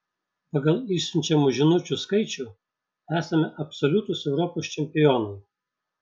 pagal išsiunčiamų žinučių skaičių esame absoliutūs europos čempionai